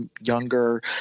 younger